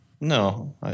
No